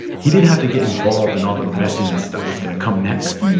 he didn't have to get involved in all the messiness that was going to come next.